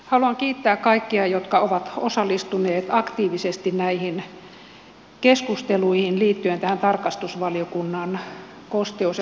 haluan kiittää kaikkia jotka ovat osallistuneet aktiivisesti näihin keskusteluihin liittyen tähän tarkastusvaliokunnan kosteus ja homeongelmamietintöön